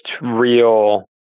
real